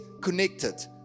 connected